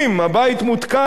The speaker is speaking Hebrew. הבית מותקף,